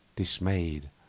dismayed